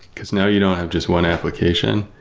because now you don't have just one application,